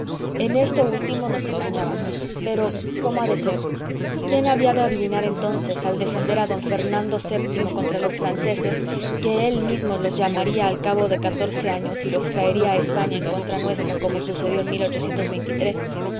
en esto último nos engañábamos pero cómo ha de ser quién había de adivinar entonces al defender a d fernando vii contra los franceses que él mismo los llamaría al cabo de catorce años y los traería a españa en contra nuestra como sucedió en